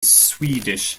swedish